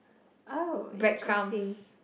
oh interesting